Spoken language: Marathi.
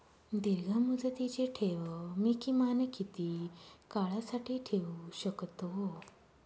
दीर्घमुदतीचे ठेव मी किमान किती काळासाठी ठेवू शकतो?